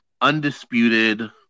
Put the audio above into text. Undisputed